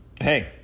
hey